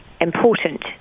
important